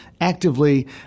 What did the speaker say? actively